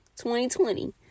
2020